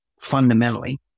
fundamentally